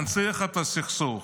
להנציח את הסכסוך.